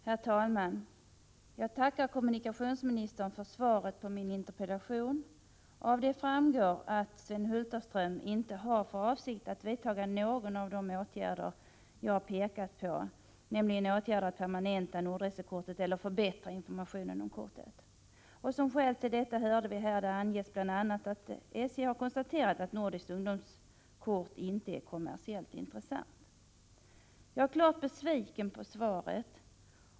Herr talman! Jag tackar kommunikationsministern för svaret på min interpellation. Av detta framgår att Sven Hulterström inte har för avsikt att vidta någon av de åtgärder som jag har pekat på, nämligen åtgärder för att permanenta Nordresekortet och för att förbättra informationen om kortet. Som skäl för detta hörde vi bl.a. anges att SJ har konstaterat att ett nordiskt ungdomskort inte är kommersiellt intressant. Jag är klart besviken på svaret.